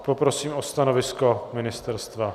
Poprosím o stanovisko ministerstva.